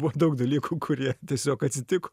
buvo daug dalykų kurie tiesiog atsitiko